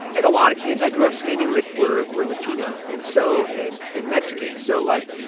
like a lot of kids i grew up skating with were were latino and so and and mexican. so like,